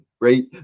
right